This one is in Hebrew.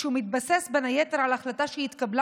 כשהוא מתבסס בין היתר על החלטה שהתקבלה